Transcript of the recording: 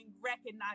recognized